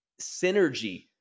synergy